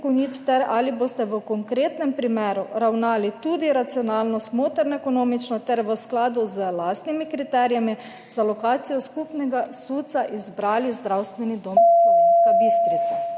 Ali boste v konkretnem primeru ravnali tudi racionalno, smotrno, ekonomično ter v skladu z lastnimi kriteriji za lokacijo skupnega SUC izbrali Zdravstveni dom Slovenska Bistrica?